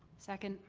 second.